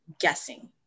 guessing